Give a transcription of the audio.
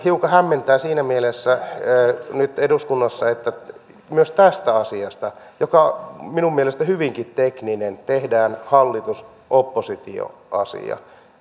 hiukan hämmentää siinä mielessä nyt eduskunnassa että myös tästä asiasta joka on minun mielestäni hyvinkin tekninen tehdään hallitusoppositio asia